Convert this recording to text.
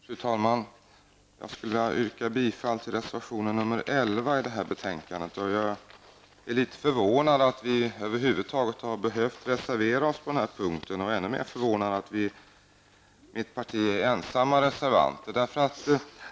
Fru talman! Jag skulle vilja yrka bifall till reservation 11 i det här betänkandet. Jag är litet förvånad över att vi över huvud taget har behövt reservera oss på den här punkten och ännu mer förvånad över att jag är ensam reservant.